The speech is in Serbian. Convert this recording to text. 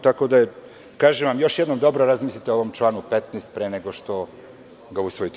Tako da, kažem vam još jednom, dobro razmislite o ovom članu 15. pre nego što ga usvojite.